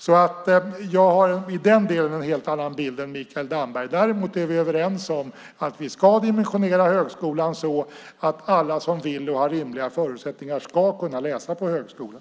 Jag har i den delen en helt annan bild än Mikael Damberg. Däremot är vi överens om att vi ska dimensionera högskolan så att alla som vill och har rimliga förutsättningar ska kunna läsa på högskolan.